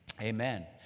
Amen